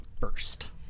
first